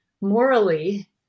morally